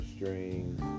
Strings